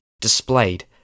displayed